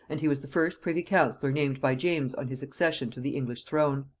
and he was the first privy-councillor named by james on his accession to the english throne.